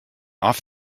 off